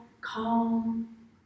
calm